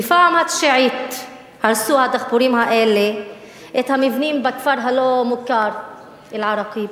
בפעם התשיעית הרסו הדחפורים האלה את המבנים בכפר הלא-מוכר אל-עראקיב.